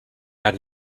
had